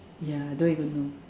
ya don't even know